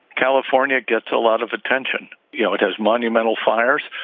california gets a lot of attention. you know it has monumental fires.